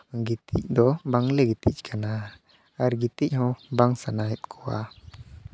ᱜᱤᱛᱤᱡ ᱫᱚ ᱵᱟᱝᱞᱮ ᱜᱤᱛᱤᱡ ᱠᱟᱱᱟ ᱟᱨ ᱜᱤᱛᱤᱡ ᱦᱚᱸ ᱵᱟᱝ ᱥᱟᱱᱟᱭᱮᱫ ᱠᱚᱣᱟ